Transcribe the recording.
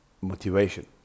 motivation